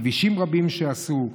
כבישים רבים שעשו,